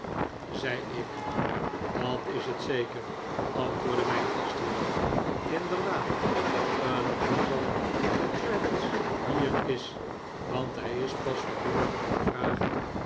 traddles heet dat is het zeker antwoordde mijn gastheer inderdaad een toeval dat traddles hier is want hij is pas vanmorgen gevraagd